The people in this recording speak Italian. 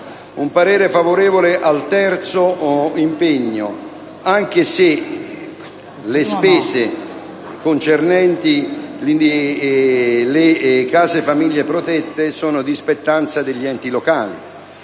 un parere favorevole al terzo e al quarto impegno, anche se le spese concernenti le case famiglie protette sono di spettanza degli enti locali.